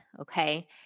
okay